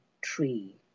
tree